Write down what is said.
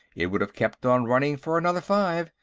it would have kept on running for another five,